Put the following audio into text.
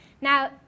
Now